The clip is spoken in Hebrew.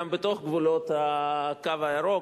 גם בתוך גבולות "הקו הירוק",